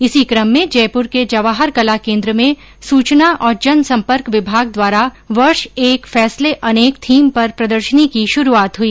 इसी कम में जयपुर के जवाहर कला केन्द्र में सूचना और जनसम्पर्क विभाग द्वारा वर्ष एक फैसले अनेक थीम पर प्रदर्शनी की शुरुआत हुई